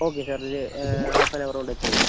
okay sir ഒരു half an hour കൊണ്ട് എത്തിച്ചേക്കാം